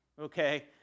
Okay